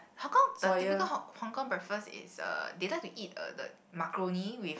Hong-Kong the typical Hong Hong-Kong breakfast is uh they like to eat uh the macaroni with